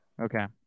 Okay